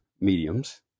mediums